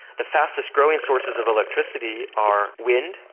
the fastest growing sources of electricity are wind,